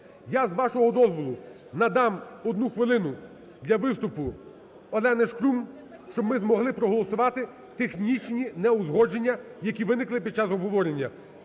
Я з вашого дозволу надам 1 хвилину для виступу Олені Шкрум, щоб ми змогли проголосувати технічні неузгодження, які виникли під час обговорення.